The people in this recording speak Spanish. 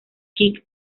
kick